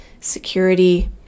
security